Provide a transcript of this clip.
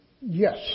Yes